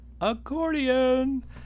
accordion